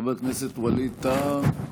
חבר הכנסת ווליד טאהא,